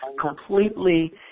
completely